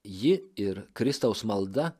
ji ir kristaus malda